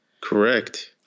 correct